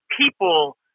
people